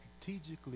strategically